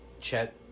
Chet